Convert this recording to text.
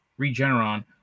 Regeneron